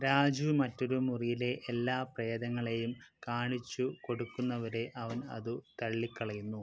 രാജു മറ്റൊരു മുറിയിലെ എല്ലാ പ്രേതങ്ങളെയും കാണിച്ചു കൊടുക്കുന്നവരെ അവൻ അത് തള്ളിക്കളയുന്നു